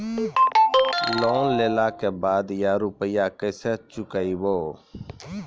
Loan लेला के बाद या रुपिया केसे चुकायाबो?